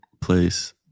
place